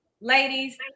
Ladies